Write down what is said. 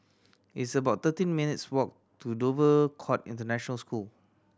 it's about thirteen minutes' walk to Dover Court International School